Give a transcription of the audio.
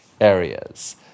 areas